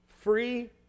free